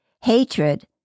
hatred